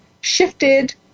shifted